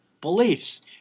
beliefs